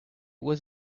was